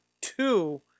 two